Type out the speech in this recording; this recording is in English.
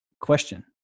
question